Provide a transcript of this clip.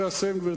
ובזה אסיים,